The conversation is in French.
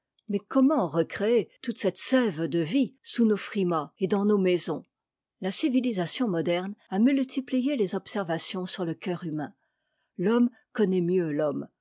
mais comment recréer toute cette sève de vie sous nos frimas et dans nos maisons la civilisation moderne a multiplié les observations sur le coeur humain l'homme connaît mieux l'homme